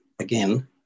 again